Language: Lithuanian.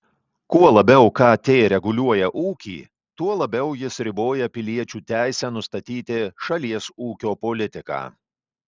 kuo labiau kt reguliuoja ūkį tuo labiau jis riboja piliečių teisę nustatyti šalies ūkio politiką